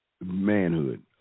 manhood